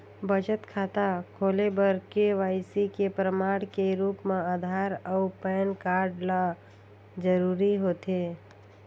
बचत खाता खोले बर के.वाइ.सी के प्रमाण के रूप म आधार अऊ पैन कार्ड ल जरूरी होथे